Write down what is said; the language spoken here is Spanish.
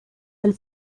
del